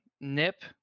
NIP